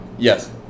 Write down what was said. Yes